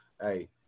Hey